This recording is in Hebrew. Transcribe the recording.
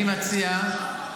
סליחה.